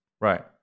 Right